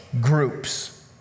groups